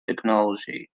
technology